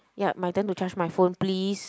yup my turn to charge my phone please